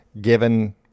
given